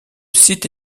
site